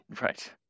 Right